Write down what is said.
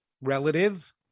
relative